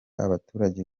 abaturage